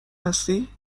هستی